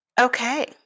okay